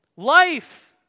Life